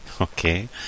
Okay